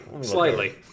slightly